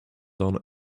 done